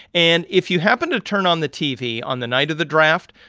and if you happened to turn on the tv on the night of the draft,